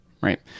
Right